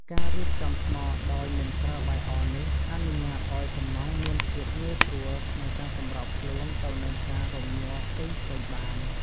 ការរៀបចំថ្មដោយមិនប្រើបាយអនេះអនុញ្ញាតឱ្យសំណង់មានភាពងាយស្រួលក្នុងការសម្របខ្លួនទៅនឹងការរំញ័រផ្សេងៗបាន។